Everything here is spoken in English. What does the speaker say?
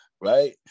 right